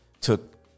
took